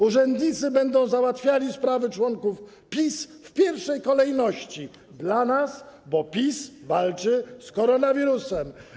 Urzędnicy będą załatwiali sprawy członków PiS w pierwszej kolejności dla nas, bo PiS walczy z koronawirusem.